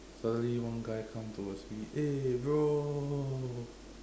suddenly one guy come towards me eh bro